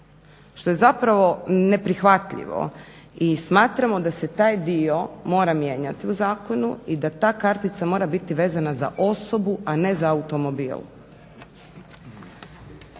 što je zapravo neprihvatljivo i smatramo da se taj dio mora mijenjati u zakonu i da ta kartica mora biti vezana za osobu, a ne za automobil.